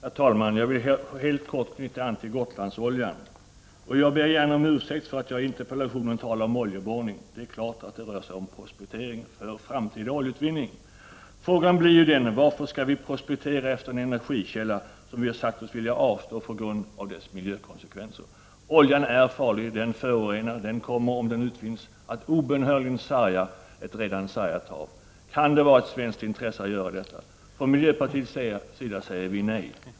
Herr talman! Jag vill helt kort säga några ord om Gotlandsoljan. Jag ber om ursäkt för att jag i min interpellation talar om oljeborrning — det är klart att det rör sig om prospektering för framtida oljeutvinning. Frågan blir: Varför skall vi prospektera efter en energikälla, som vi sagt oss vilja avstå från på grund av dess miljökonsekvenser? Oljan är farlig, den förorenar, och den kommer om den utvinns att obönhörligt sarga ett redan sargat hav. Kan detta vara ett svenskt intresse? Från miljöpartiets sida säger vinej.